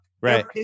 Right